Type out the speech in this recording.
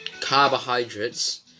carbohydrates